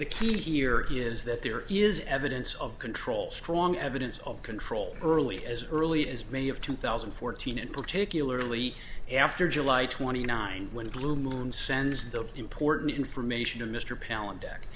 the key here he is that there is evidence of control strong evidence of control early as early as may of two thousand and fourteen and particularly after july twenty nine when blue moon sends the important information to mr palen deck